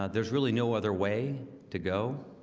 ah there's really no other way to go